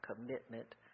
commitment